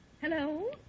Hello